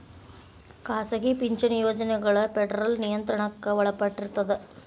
ಖಾಸಗಿ ಪಿಂಚಣಿ ಯೋಜನೆಗಳ ಫೆಡರಲ್ ನಿಯಂತ್ರಣಕ್ಕ ಒಳಪಟ್ಟಿರ್ತದ